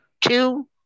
two